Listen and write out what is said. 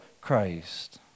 Christ